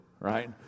right